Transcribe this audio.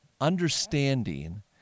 understanding